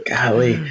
Golly